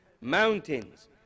mountains